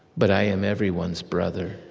but i am everyone's brother.